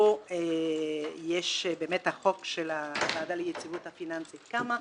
ופה יש את החוק של הוועדה ליציבות הפיננסית שקמה.